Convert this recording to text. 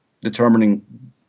determining